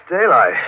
daylight